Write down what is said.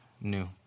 new